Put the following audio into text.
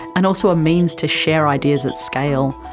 and also a means to share ideas at scale,